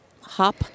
hop